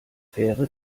fähre